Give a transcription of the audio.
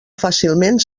fàcilment